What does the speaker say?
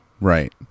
Right